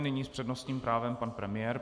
Nyní s přednostním právem pan premiér.